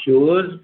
shoes